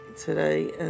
today